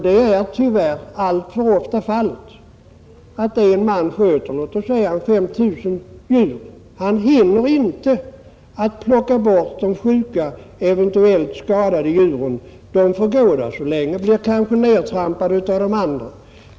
Det är tyvärr alltför ofta fallet att en man sköter låt oss säga 5 000 djur. Han hinner inte ta bort de sjuka eller eventuellt skadade djuren. De får gå där så länge att de kanske blir nedtrampade av de andra.